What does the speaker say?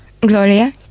gloria